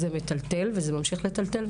זה מטלטל וזה ממשיך לטלטל.